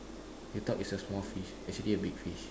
you thought is a small fish but actually a big fish